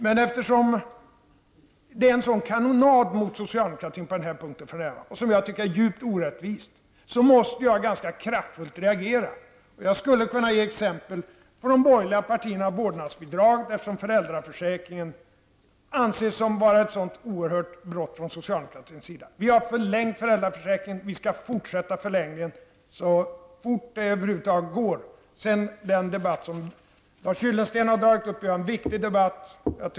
Men eftersom det förekommer en sådan kanonad mot socialdemokratin för närvarande på den här punkten -- och det tycker jag är djupt orättvist -- måste jag kraftfullt reagera. Jag skulle kunna ge liknande exempel från de borgerliga partierna, t.ex. när det gäller vårdnadsbidraget, eftersom föräldraförsäkringen anses vara ett så oerhört brott från socialdemokratins sida. Vi har förlängt föräldraförsäkringen. Vi skall fortsätta förlängningen så snart det över huvud taget går. Den debatt som Lars Gyllensten har tagit upp är en viktig debatt.